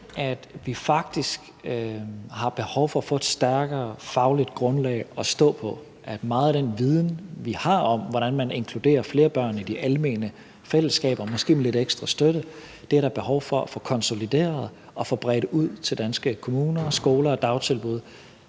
vi faktisk behov for at få et stærkere fagligt grundlag at stå på. Meget af den viden, vi har, om, hvordan man inkluderer flere børn i de almene fællesskaber, måske med lidt ekstra støtte, er der behov for at få konsolideret og få bredt ud til danske kommuner, skoler og dagtilbud,